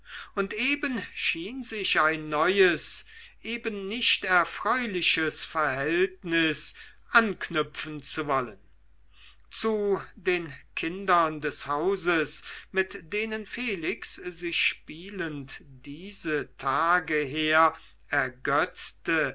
und eben schien sich ein neues eben nicht erfreuliches verhältnis anknüpfen zu wollen zu den kindern des hauses mit denen felix sich spielend diese tage her ergötzte